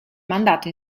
mandato